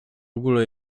ogóle